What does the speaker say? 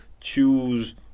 choose